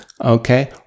Okay